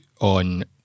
on